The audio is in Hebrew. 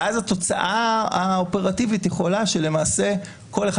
ואז התוצאה האופרטיבית היא שכל אחד